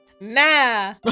Nah